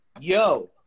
yo